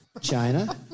China